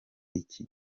iki